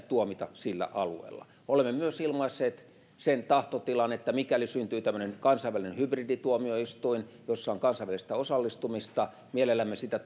tuomita sillä alueella olemme myös ilmaisseet sen tahtotilan että mikäli syntyy tämmöinen kansainvälinen hybridituomioistuin jossa on kansainvälistä osallistumista mielellämme sitä